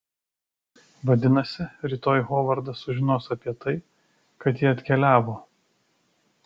vadinasi rytoj hovardas sužinos apie tai kad ji atkeliavo